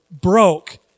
broke